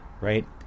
right